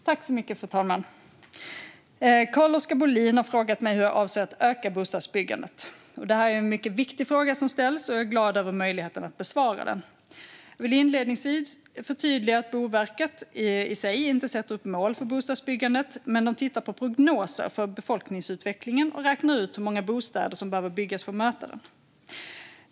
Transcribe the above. Fru talman! Carl-Oskar Bohlin har frågat mig hur jag avser att öka bostadsbyggandet. Det är en mycket viktig fråga som ställs, och jag är glad över möjligheten att besvara den. Jag vill inledningsvis förtydliga att Boverket inte sätter upp mål för bostadsbyggandet, men de tittar på prognoser för befolkningsutvecklingen och räknar ut hur många bostäder som behöver byggas för att möta den.